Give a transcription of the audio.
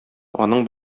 аның